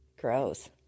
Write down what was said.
Gross